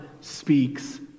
speaks